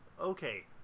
Okay